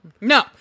no